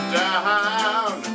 down